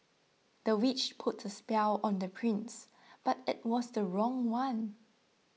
the witch put a spell on the prince but it was the wrong one